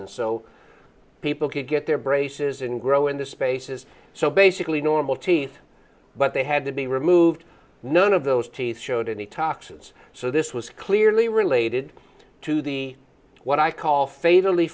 and so people could get their braces and grow in the spaces so basically normal teeth but they had to be removed none of those teeth showed any toxins so this was clearly related to the what i call fa